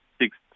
six